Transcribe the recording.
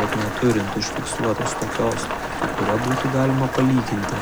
bet neturint užfiksuotos tokios su kuria būtų galima palyginti